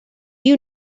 you